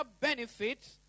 benefits